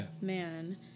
man